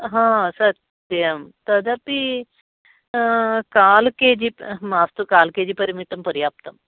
हा सत्यं तदपि काल् के जी मास्तु काल् के जी परिमितं पर्याप्तम्